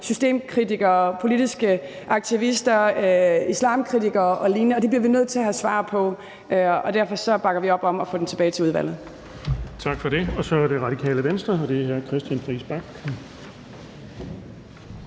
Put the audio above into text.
systemkritikere, politiske aktivister, islamkritikere og lignende. Det bliver vi nødt til at have svar på, og derfor bakker vi op om at få det tilbage til udvalget. Kl. 14:30 Den fg. formand (Erling Bonnesen): Tak for det. Så er det Radikale Venstre, og det er hr. Christian Friis Bach.